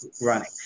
running